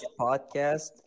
podcast